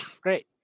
Great